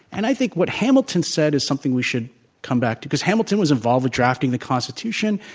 and i think what hamilton said is something we should come back to, because hamilton was involved with drafting the constitution.